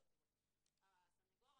הסניגור,